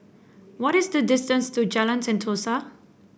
what is the distance to Jalan Sentosa